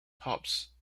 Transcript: tops